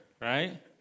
Right